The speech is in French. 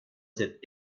cette